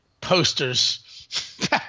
posters